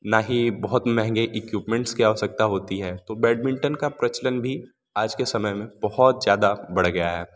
ना ही बहुत महंगे इक्विपमेंट्स की आवश्यकता होती है तो बैडमिंटन का प्रचलन भी आज के समय में बहुत ज़्यादा बढ़ गया है